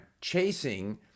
chasing